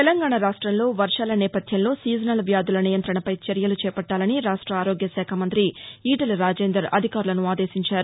తెలంగాణ రాష్టంలో వర్షాల నేపథ్యంలో సీజనల్ వ్యాధుల నియంత్రణపై చర్యలు చేపట్టాలని రాష్ట ఆరోగ్యశాఖ మంతి ఈటెల రాజేందర్ అధికారులసు ఆదేశించారు